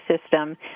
system